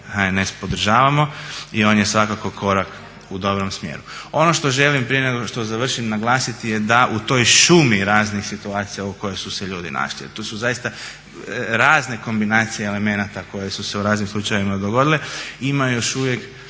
HNS podržavamo i on je svakako korak u dobrom smjeru. Ono što želim, prije nego što završim, naglasiti je da u toj šumi raznih situacija u kojoj su se ljudi našli, to su zaista razne kombinacije elemenata koje su se u raznim slučajevima dogodile, ima još uvijek